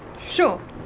Sure